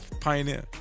pioneer